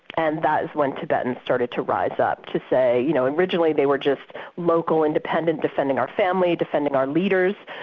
and that is when tibetans started to rise up, to say you know originally they were just local independent defending our family, defending our leaders,